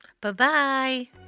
Bye-bye